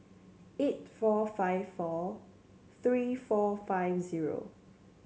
eight four five four three four five zero